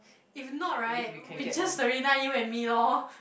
if not right we just Serena you and me lor